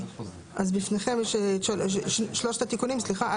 יש לנו פי 2 תחלואה מסלמונלה לעומת